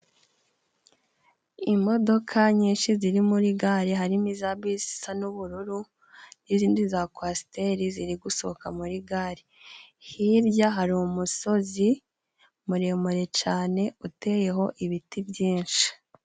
Imodoka nyinshi ziri muri gare harimo: iza bisi zisa n'ubururu n'izindi za kwasiteri ziri gusohoka muri gare, hirya hari umusozi muremure cane uteyeho ibiti byinshi.